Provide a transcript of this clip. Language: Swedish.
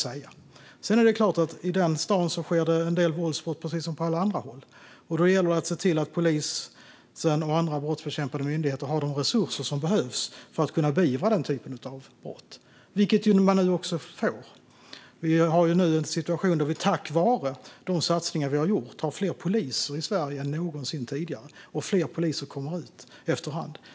Men det är klart att det i den staden, precis som på alla andra håll, sker en del våldsbrott. Då gäller det att se till att polisen och andra brottsbekämpande myndigheter har de resurser som behövs för att kunna beivra den typen av brott, vilket man nu också får. Tack vare de satsningar vi har gjort är det fler poliser i Sverige än någonsin tidigare, och fler poliser kommer ut efter hand.